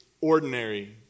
ordinary